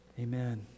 Amen